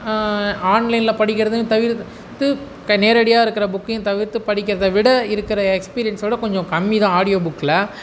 ஆன்லைனில் படிக்கிறதும் தவிர்த்து நேரடியாக இருக்கிற புக்கையும் தவிர்த்து படிக்கிறதை விட இருக்கிற எக்ஸ்பீரியன்ஸோடய கொஞ்சம் கம்மி தான் ஆடியோ புக்கில்